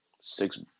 six